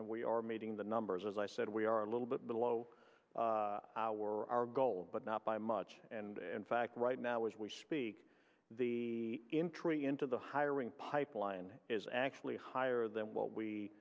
we are meeting the numbers as i said we are a little bit below our our goal but not by much and in fact right now as we speak the entry into the hiring pipeline is actually higher than what we